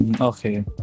Okay